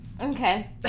okay